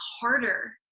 harder